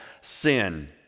sin